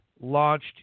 launched